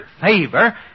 favor